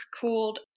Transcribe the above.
called